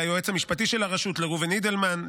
ליועץ המשפטי של הרשות ראובן אידלמן,